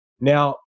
Now